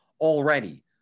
already